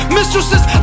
mistresses